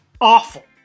awful